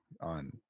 on